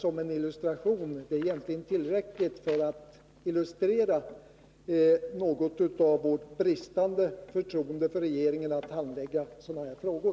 Det är egentligen tillräckligt för att något belysa vårt bristande förtroende för regeringen när det gäller att handlägga sådana här frågor.